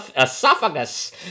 esophagus